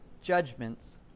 judgments